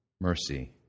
mercy